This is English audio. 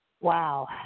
Wow